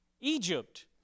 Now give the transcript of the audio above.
Egypt